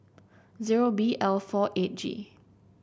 zero B L four eight G